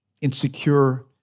insecure